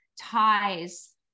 ties